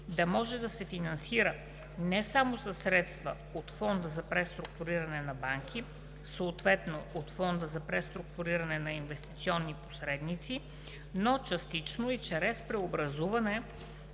да може да се финансира не само със средства от Фонда за преструктуриране на банки, съответно от Фонда за преструктуриране на инвестиционни посредници, но частично и чрез преобразуване